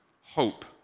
hope